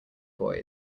boy